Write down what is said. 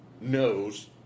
knows